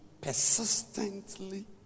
persistently